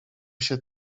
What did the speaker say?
się